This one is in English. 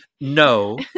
no